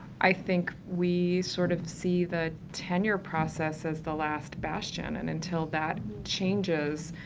i think we sort of see the tenure process as the last bastion, and until that changes,